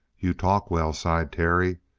you talk well, sighed terry,